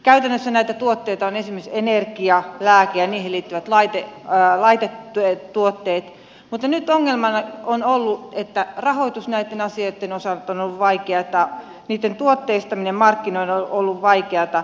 käytännössä näitä tuotteita ovat esimerkiksi energia lääkkeet ja niihin liittyvät laitetuotteet mutta nyt ongelmana on ollut että rahoitus näitten asioitten osalta on ollut vaikeata niitten tuotteistaminen markkinoille on ollut vaikeata